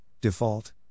default